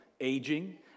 aging